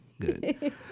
good